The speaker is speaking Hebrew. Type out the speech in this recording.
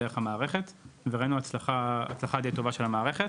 וראינו הצלחה טובה של המערכת.